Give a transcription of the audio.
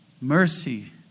Mercy